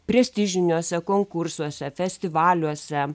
prestižiniuose konkursuose festivaliuose